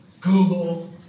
Google